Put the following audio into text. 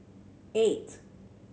eight